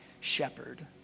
shepherd